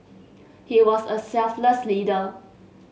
he was a selfless leader